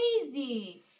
crazy